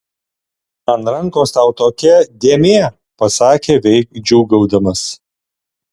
ant rankos tau tokia dėmė pasakė veik džiūgaudamas